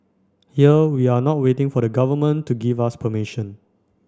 here we are not waiting for the Government to give us permission